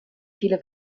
viele